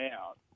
out